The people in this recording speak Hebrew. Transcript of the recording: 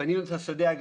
בנינו את הגדול,